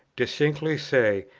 distinctly say,